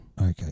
Okay